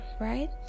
right